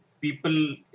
people